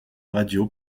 radio